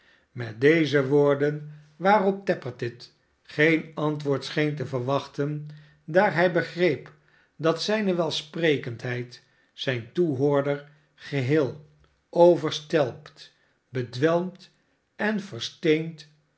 met deze woorden waarop tappertit geen antwoord scheen te verwachten daar hij begreep dat zijne welsprekendheid zijn toehoorder geheel overstelpt bedwelmd en versteend